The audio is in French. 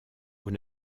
vous